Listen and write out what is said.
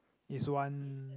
is one